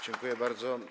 Dziękuję bardzo.